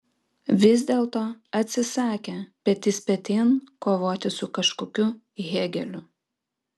vis dėlto atsisakė petys petin kovoti su kažkokiu hėgeliu